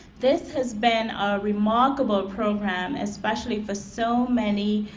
this has been a remarkable program especially for so many